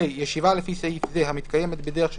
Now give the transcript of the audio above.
(ה)ישיבה לפי סעיף זה המתקיימת בדרך של